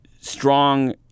strong